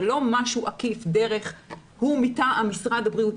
ולא משהו עקיף דרך "הוא מטעם משרד הבריאות",